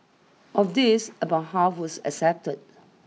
of these about half was accepted